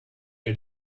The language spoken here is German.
wir